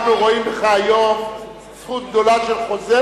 אנחנו רואים בך היום זכות גדולה של חוזר